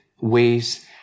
ways